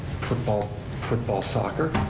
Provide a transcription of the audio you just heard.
football football soccer,